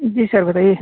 जी sir बताइए